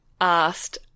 asked